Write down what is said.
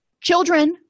children